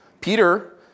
Peter